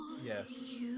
yes